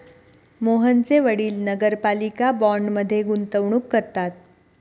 मोहनचे वडील नगरपालिका बाँडमध्ये गुंतवणूक करतात